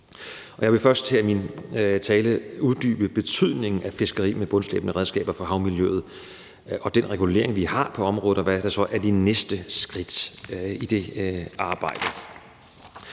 Jeg vil først i min tale uddybe betydningen for havmiljøet af fiskeri med bundslæbende redskaber og den regulering, vi har på området, og hvad der så er de næste skridt i det arbejde.